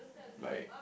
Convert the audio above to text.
like